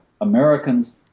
Americans